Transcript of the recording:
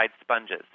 sponges